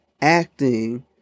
acting